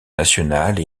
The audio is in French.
nationales